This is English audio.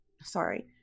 sorry